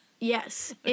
Yes